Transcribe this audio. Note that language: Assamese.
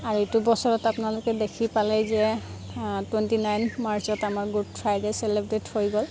আৰু এইটো বছৰত আপোনালোকে দেখি পালেই যে টুৱেণ্টি নাইন মাৰ্চত আমাৰ গুড ফ্ৰাইডে' চেলেব্ৰেট হৈ গ'ল